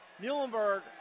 Muhlenberg